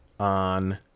On